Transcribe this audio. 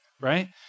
right